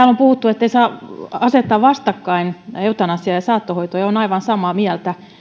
on puhuttu ettei saa asettaa vastakkain eutanasiaa ja saattohoitoa ja olen aivan samaa mieltä